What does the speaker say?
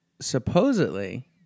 Supposedly